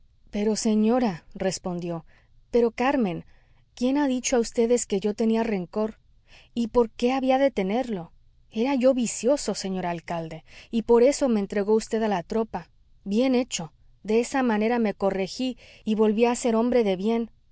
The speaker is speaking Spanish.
pero señora respondió pero carmen quién ha dicho a vds que yo tenía rencor y por qué había de tenerlo era yo vicioso señor alcalde y por eso me entregó vd a la tropa bien hecho de esa manera me corregí y volví a ser hombre de bien